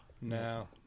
no